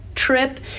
trip